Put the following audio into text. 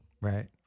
right